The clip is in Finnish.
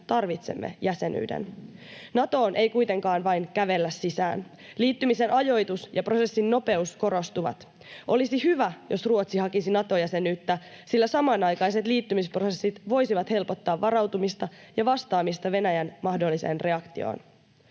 tarvitsemme jäsenyyden. Natoon ei kuitenkaan vain kävellä sisään. Liittymisen ajoitus ja prosessin nopeus korostuvat. Olisi hyvä, jos Ruotsi hakisi Nato-jäsenyyttä, sillä samanaikaiset liittymisprosessit voisivat helpottaa varautumista ja vastaamista Venäjän mahdolliseen reaktioon.